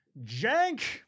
jank